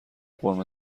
قرمه